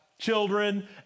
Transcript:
children